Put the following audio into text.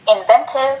Inventive